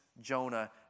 jonah